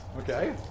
Okay